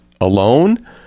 alone